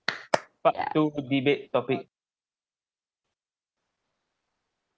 but two debate topic